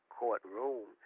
courtroom